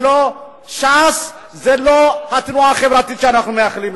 ש"ס זה לא התנועה החברתית שאנחנו מייחלים לה.